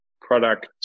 product